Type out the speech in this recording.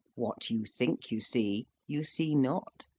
what you think you see, you see not,